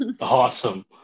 Awesome